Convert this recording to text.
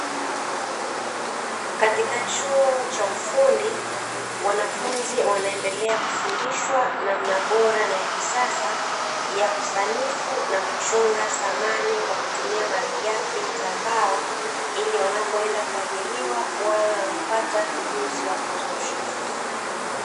Katika chuo cha ufundi wanafunzi wanaendelea kufundishwa namna bora na ya kisasa, ya kusanifu na kuchonga samani kwa kutumia malighafi za mbao, ili wanapoenda kuajiriwa wawe wamepata ujuzi wa kutosha.